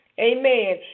amen